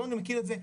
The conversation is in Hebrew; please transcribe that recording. ירון מכיר את זה,